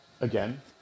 again